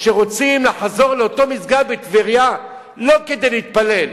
שרוצים לחזור לאותו מסגד בטבריה לא כדי להתפלל.